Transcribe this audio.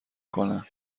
کنن